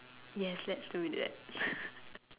yes let's do that